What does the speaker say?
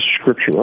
scripture